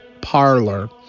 parlor